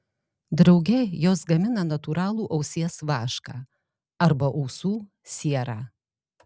drauge jos gamina natūralų ausies vašką arba ausų sierą